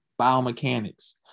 biomechanics